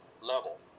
level